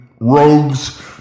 rogues